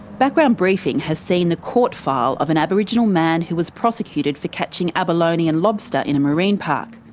background briefing has seen the court file of an aboriginal man who was prosecuted for catching abalone and lobster in a marine park.